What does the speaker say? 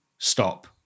stop